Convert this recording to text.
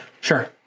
Sure